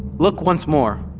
look once more.